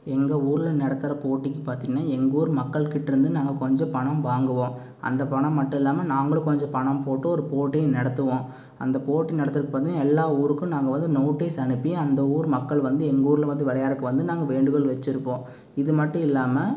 எங்கள் ஊர்ல நடத்துற போட்டிக்கு பார்த்திங்கன்னா எங்க ஊர் மக்கள்கிட்டேருந்து நாங்கள் கொஞ்சம் பணம் வாங்குவோம் அந்த பணம் மட்டும் இல்லாமல் நாங்களும் கொஞ்சம் பணம் போட்டு ஒரு போட்டி நடத்துவோம் அந்த போட்டி நடத்துகிறதுக்கு வந்து எல்லா ஊருக்கும் நாங்கள் வந்து நோட்டீஸ் அனுப்பி அந்த ஊர் மக்கள் வந்து எங்கள் ஊர்ல வந்து விளையாற்க்கு வந்து நாங்கள் வேண்டுகோள் வச்சிருப்போம் இது மட்டு இல்லாமல்